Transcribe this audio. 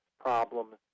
problems